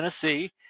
Tennessee